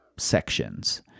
sections